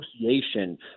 association